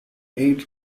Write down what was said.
eight